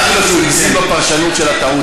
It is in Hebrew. הערתי לו שהוא הגזים בפרשנות של הטעות שלי.